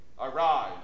Arise